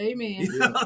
Amen